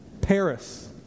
Paris